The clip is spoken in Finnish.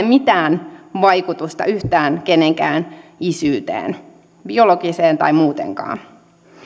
mitään vaikutusta yhtään kenenkään isyyteen biologiseen tai muutenkaan